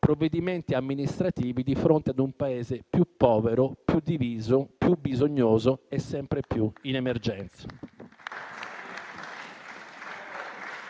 provvedimenti amministrativi di fronte ad un Paese più povero, più diviso, più bisognoso e sempre più in emergenza.